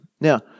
Now